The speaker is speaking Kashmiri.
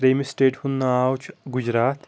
تریٚمہِ سِٹیٹہِ ہُنٛد ناو چھُ گُجرات